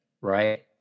right